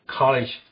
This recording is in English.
college